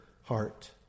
heart